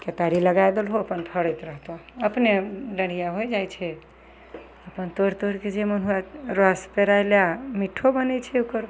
केतारी लगै देलहो अपन फड़ैत रहतऽ अपने डेढ़िआ होइ जाइ छै अपन तोड़ि तोड़िके जे मोन होइ रस पेरा लै मिठ्ठो बनै छै ओकर